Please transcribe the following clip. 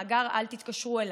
מאגר "אל תתקשרו אליי".